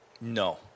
No